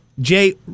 Jay